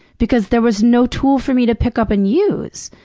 because there was no tool for me to pick up and use.